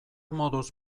moduz